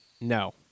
No